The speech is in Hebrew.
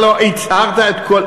הלוא הצהרת את הכול,